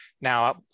Now